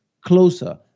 closer